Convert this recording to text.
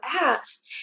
ask